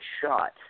shot